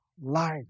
life